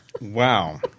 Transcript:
Wow